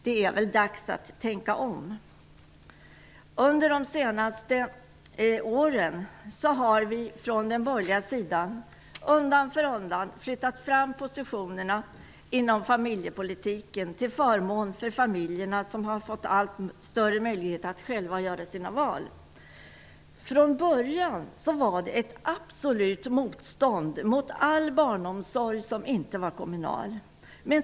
Det är dags att tänka om! Under de senaste åren har vi från den borgerliga sidan undan för undan flyttat fram positionerna inom familjepolitiken till förmån för familjerna, som har fått allt större möjligheter att själva göra sina val. Från början var det ett absolut motstånd mot all barnomsorg som inte var kommunal.